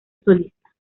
solista